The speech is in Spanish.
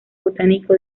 botánico